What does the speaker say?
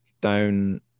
down